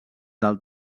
del